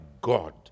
God